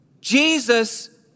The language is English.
Jesus